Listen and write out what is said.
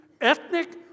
ethnic